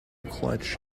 clutch